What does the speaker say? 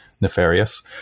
nefarious